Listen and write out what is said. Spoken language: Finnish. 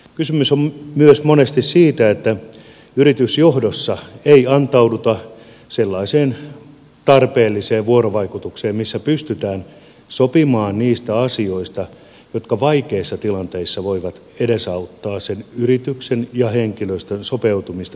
kysymys on myös monesti siitä että yritysjohdossa ei antauduta sellaiseen tarpeelliseen vuorovaikutukseen missä pystytään sopimaan niistä asioista jotka vaikeissa tilanteissa voivat edesauttaa sen yrityksen ja henkilöstön sopeutumista vaikeaan tilanteeseen